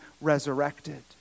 resurrected